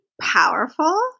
powerful